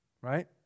right